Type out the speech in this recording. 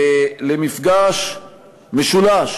למפגש משולש